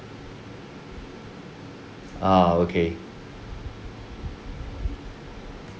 ah okay